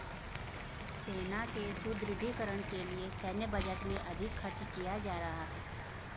सेना के सुदृढ़ीकरण के लिए सैन्य बजट में अधिक खर्च किया जा रहा है